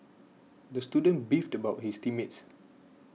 the student beefed about his team mates